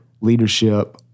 leadership